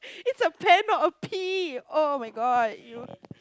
it's a pen not a P oh-my-God you